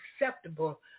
acceptable